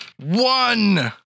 One